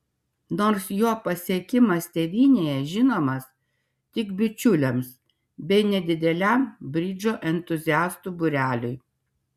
nors jo pasiekimas tėvynėje žinomas tik bičiuliams bei nedideliam bridžo entuziastų būreliui